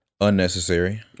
Unnecessary